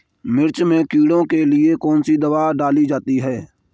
मिर्च में कीड़ों के लिए कौनसी दावा डाली जाती है?